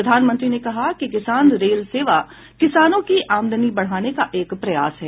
प्रधानमंत्री ने कहा कि किसान रेल सेवा किसानों की आमदनी बढ़ाने का एक प्रयास है